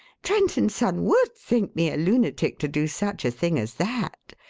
trent and son would think me a lunatic to do such a thing as that.